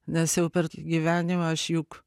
nes jau per gyvenimą aš juk